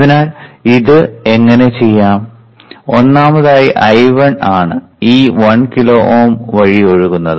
അതിനാൽ ഇത് എങ്ങനെ ചെയ്യാം ഒന്നാമതായി I1 ആണ് ഈ 1 കിലോ Ω വഴി ഒഴുകുന്നത്